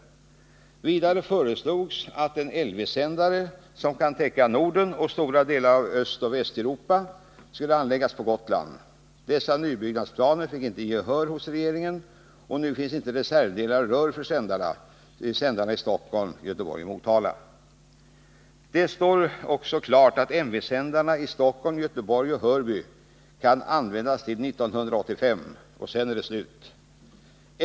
Vidare föreslogs att en LV-sändare, som kan täcka Norden och stora delar av Östoch Västeuropa, skulle anläggas på Gotland. Dessa nybyggnadsplaner fick inte gehör hos regeringen, och nu finns inte reservdelar och rör för sändarna i Stockholm, Göteborg och Motala. Det står också klart att MV-sändarna i Stockholm, Göteborg och Hörby kan användas till 1985 — sedan är det slut.